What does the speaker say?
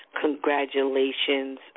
Congratulations